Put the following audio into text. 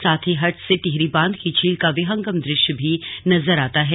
साथ ही हट्स से टिहरी बांध की झील का विहंगम दृश्य भी नजर आता है